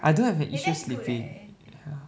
I don't have an issue sleeping ya